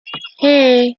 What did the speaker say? hey